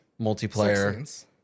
multiplayer